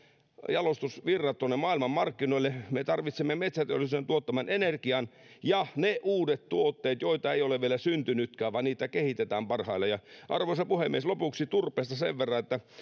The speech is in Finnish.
jalostusvirrat tuonne maailmanmarkkinoille me tarvitsemme metsäteollisuuden tuottaman energian ja ne uudet tuotteet joita ei ole vielä syntynytkään vaan joita kehitetään parhaillaan arvoisa puhemies lopuksi turpeesta sen verran että